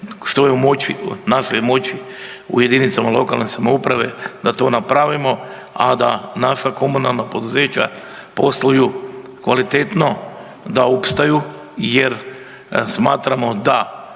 što je u našoj moći u jedinicama lokalne samouprave da to napravimo, a da naša komunalna poduzeća posluju kvalitetno, da opstaju jer smatramo da